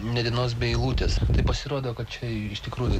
nė dienos be eilutės tai pasirodo kad čia iš tikrųjų